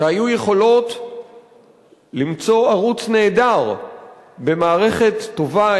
שהיו יכולות למצוא ערוץ נהדר במערכת טובה,